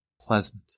Pleasant